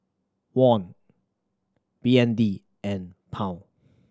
Won B N D and Pound